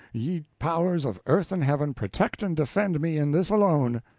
ye powers of earth and heaven, protect and defend me in this alone.